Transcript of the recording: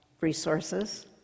resources